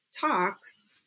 talks